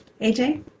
AJ